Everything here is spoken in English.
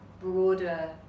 broader